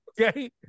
Okay